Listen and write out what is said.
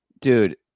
dude